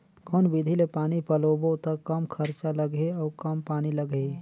कौन विधि ले पानी पलोबो त कम खरचा लगही अउ कम पानी लगही?